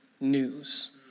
news